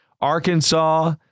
Arkansas